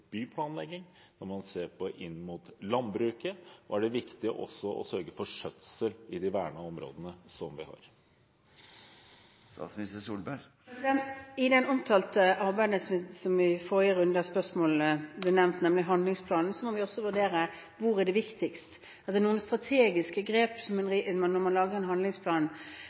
byplanlegging, når en ser på den inn mot landbruket? Er det viktig også å sørge for skjøtsel av de vernede områdene som vi har? Når det gjelder det omtalte arbeidet som ble nevnt i forrige runde av spørsmål, nemlig handlingsplanen, må vi også vurdere noen strategiske grep som må gjøres når man lager en handlingsplan.